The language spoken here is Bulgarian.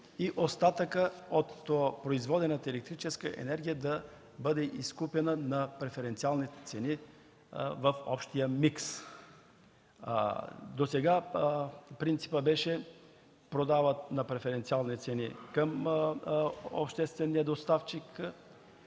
и остатъкът от произведената електроенергия да бъде изкупена на преференциалните цени в общия микс. Досега принципът беше, че продават на преференциални цени към обществения доставчик